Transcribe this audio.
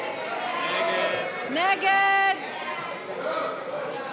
סעיף תקציבי 43, המרכז